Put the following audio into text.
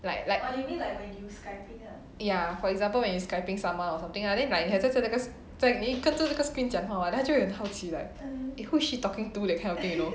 like like ya for example when you Skype-ing someone or something lah then like 你跟着那个 screen 讲话 [what] then 他就会很好奇 like eh who is she talking to that kind of thing you know